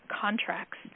contracts